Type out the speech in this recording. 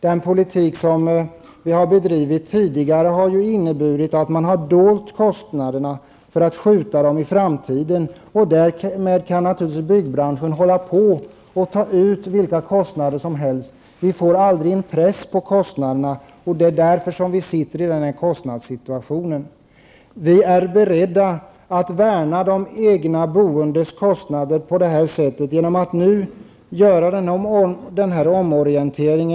Den politik som vi har bedrivit hittills har inneburit att man har dolt kostnaderna för att skjuta dem i framtiden. Därmed kan naturligtvis byggbranschen ta ut vilka kostnader som helst. Vi får aldrig en press på kostnaderna. Det är därför som vi har fått denna kostnadssituation. Vi är beredda att värna om dem med eget boende genom att nu göra en omorientering.